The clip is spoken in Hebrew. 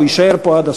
הוא יישאר פה עד הסוף.